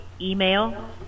email